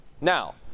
Now